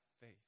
faith